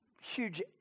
huge